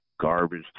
garbage